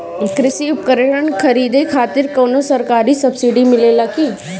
कृषी उपकरण खरीदे खातिर कउनो सरकारी सब्सीडी मिलेला की?